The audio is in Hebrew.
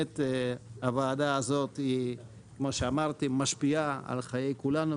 הוועדה הזאת משפיעה על חיי כולנו,